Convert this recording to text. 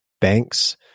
banks –